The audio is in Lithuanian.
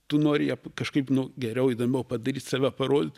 tu nori ją kažkaip nu geriau įdomiau padaryt save parodyt